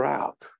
out